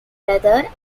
brother